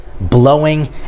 blowing